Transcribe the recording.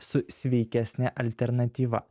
su sveikesne alternatyva